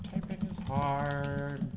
are